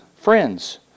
Friends